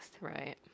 right